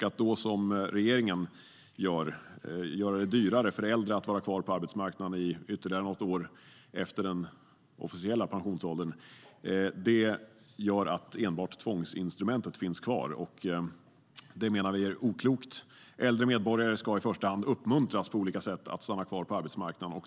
Att då, som regeringen gör, göra det dyrare för äldre att vara kvar på arbetsmarknaden i ytterligare något år efter den officiella pensionsåldern gör att enbart tvångsinstrumentet finns kvar. Det menar vi är oklokt. Äldre medborgare ska i första hand uppmuntras på olika sätt att stanna kvar på arbetsmarknaden.